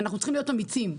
אנחנו צריכים להיות אמיצים,